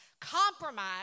Compromise